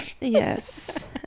Yes